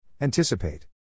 Anticipate